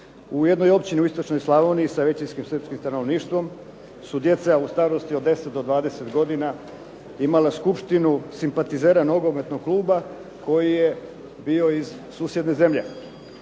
U jednoj općini u istočnoj Slavoniji sa većinskim Srpskim stanovništvom, su djeca od starosti od 10 do 20 godina imala skupštinu simpatizera nogometnog kluba koji je bio iz susjedne zemlje.